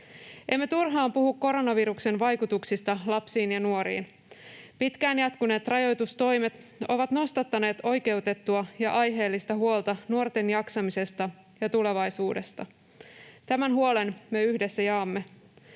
Emme turhaan puhu koronaviruksen vaikutuksista lapsiin ja nuoriin. Pitkään jatkuneet rajoitustoimet ovat nostattaneet oikeutettua ja aiheellista huolta nuorten jaksamisesta ja tulevaisuudesta. Tämän huolen me yhdessä jaamme.